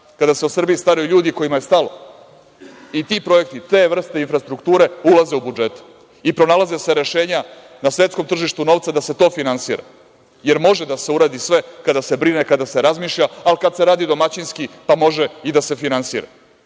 kada se o Srbiji staraju ljudi kojima je stalo. I ti projekti, te vrste infrastrukture ulaze u budžete i pronalaze se rešenja na svetkom tržištu novca da se to finansira, jer može da se uradi sve kada se brine, kada se razmišlja, ali kada se radi domaćinski pa može i da se finansira.I